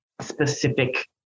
specific